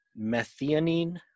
methionine